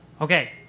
Okay